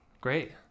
Great